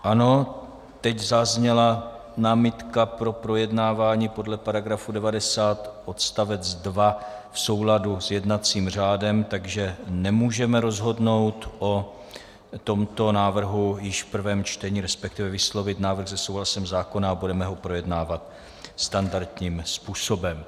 Ano, teď zazněla námitka pro projednávání podle § 90 odst. 2 v souladu s jednacím řádem, takže nemůžeme rozhodnout o tomto návrhu již v prvém čtení, resp. vyslovit návrh se souhlasem zákona, a budeme ho projednávat standardním způsobem.